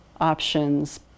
options